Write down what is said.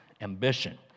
ambition